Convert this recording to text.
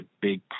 big